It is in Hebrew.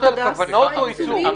הודעות על כוונות או עיצומים?